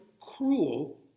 cruel